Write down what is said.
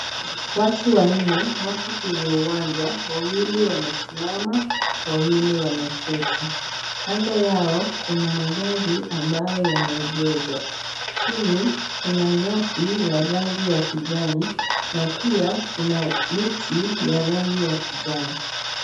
Watu wanne wako kwenye uwanja. Wawili wamesimama, wawili wameketi. Kando yao kuna magari ambayo yameegeshwa. Chini kuna nyasi ya rangi ya kijani na pia kuna miti ya rangi ya kijani.